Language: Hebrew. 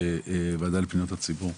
כוועדה לפניות הציבור,